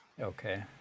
Okay